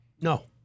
No